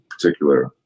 particular